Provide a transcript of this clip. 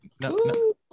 No